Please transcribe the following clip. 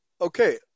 Okay